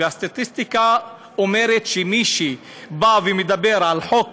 והסטטיסטיקה אומרת שמי שבא ומדבר על החוק